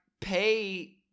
pay